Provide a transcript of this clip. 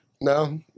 No